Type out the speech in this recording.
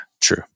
true